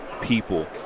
people